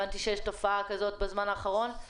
הבנתי שבזמן האחרון יש תופעה כזאת,